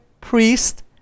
priest